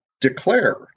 declare